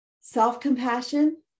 self-compassion